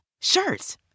Shirts